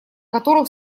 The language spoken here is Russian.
которых